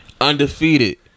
Undefeated